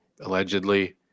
allegedly